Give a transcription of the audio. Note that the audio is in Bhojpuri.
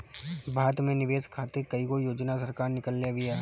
भारत में निवेश खातिर कईगो योजना सरकार निकलले बिया